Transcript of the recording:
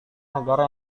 negara